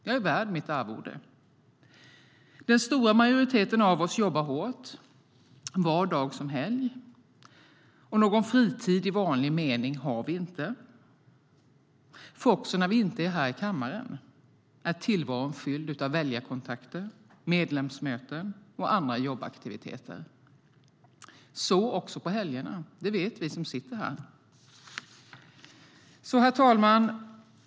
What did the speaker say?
Jag är värd mitt arvode. Herr talman!